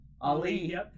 Ali